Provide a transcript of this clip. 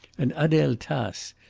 and adele tace,